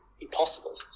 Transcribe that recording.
impossible